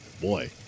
Boy